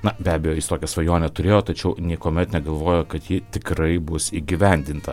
na be abejo jis tokią svajonę turėjo tačiau niekuomet negalvojo kad ji tikrai bus įgyvendinta